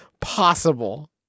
Possible